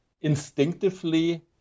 instinctively